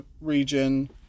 region